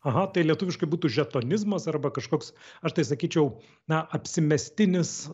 aha tai lietuviškai būtų žetonizmas arba kažkoks aš tai sakyčiau na apsimestinis